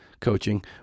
coaching